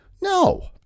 No